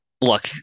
look